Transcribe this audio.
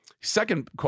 second